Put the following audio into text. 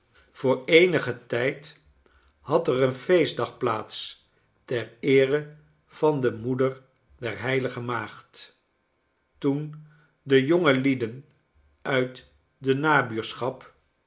voor eenigen tijd had er een feestdag plaats ter eere van de moeder der h maagd toen de jongelieden uit de